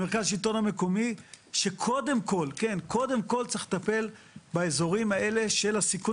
מרכז השלטון המקומי שקודם כל צריך לטפל באזורים האלה של הסיכון